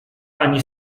ani